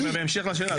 לא, בהמשך לשאלה.